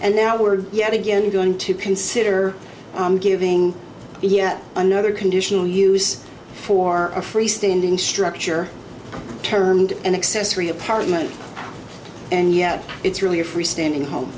and now we're yet again going to consider giving yet another conditional use for a freestanding structure termed an accessory apartment and yet it's really a freestanding home